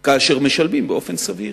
כאשר משלמים באופן סביר.